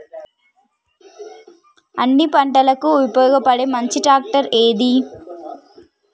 అన్ని పంటలకు ఉపయోగపడే మంచి ట్రాక్టర్ ఏది?